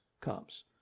comes